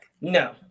no